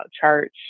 church